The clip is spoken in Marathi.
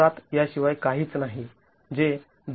७ या शिवाय काहीच नाही जे २